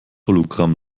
hologramm